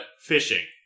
fishing